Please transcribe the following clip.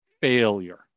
failure